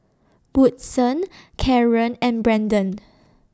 Woodson Kaaren and Brendon